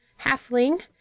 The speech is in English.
halfling